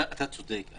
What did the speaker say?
אתה צודק.